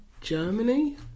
Germany